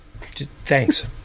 Thanks